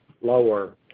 lower